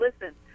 listen